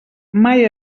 mai